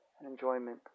enjoyment